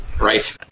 Right